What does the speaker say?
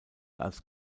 als